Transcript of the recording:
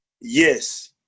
Yes